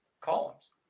columns